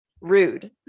Rude